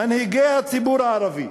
מנהיגי הציבור הערבי.